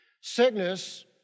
Sickness